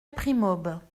primaube